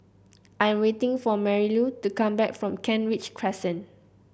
I am waiting for Marilou to come back from Kent Ridge Crescent